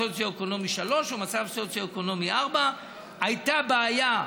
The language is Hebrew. סוציו-אקונומי 3 או מצב סוציו-אקונומי 4. הייתה בעיה,